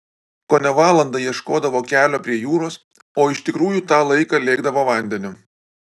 kone valandą ieškodavo kelio prie jūros o iš tikrųjų tą laiką lėkdavo vandeniu